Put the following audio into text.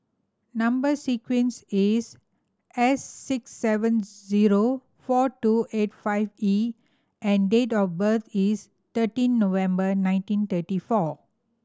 number sequence is S six seven zero four two eight five E and date of birth is thirteen November nineteen thirty four